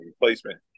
replacement